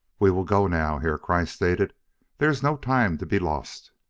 we will go now, herr kreiss stated there is no time to be lost.